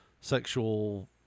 sexual